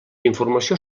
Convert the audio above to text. informació